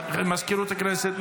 מזכירות הכנסת,